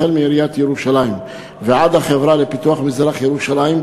החל בעיריית ירושלים ועד החברה לפיתוח מזרח-ירושלים,